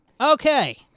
Okay